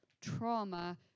trauma